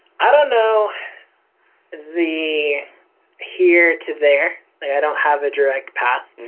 i don't know the here to there. i yeah don't have a direct path,